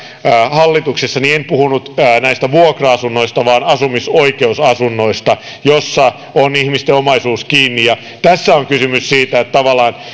hallituksessa en puhunut näistä vuokra asunnoista vaan asumisoikeusasunnoista joissa on ihmisten omaisuus kiinni tässä on kysymys tavallaan siitä että